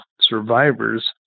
survivors